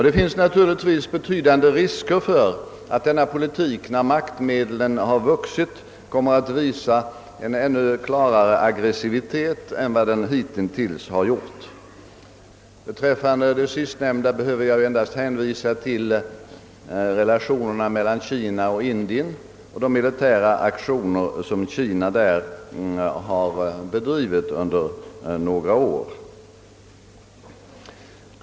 Det finns naturligtvis betydande risker för att denna utrikespolitik, när maktmedlen har vuxit, kommer att visa en ännu klarare aggressivitet än vad den hittills har gjort. Därvidlag behöver jag endast hänvisa till relationerna mellan Kina och Indien och de militära aktioner som Kina i det sammanhanget har bedrivit under några år.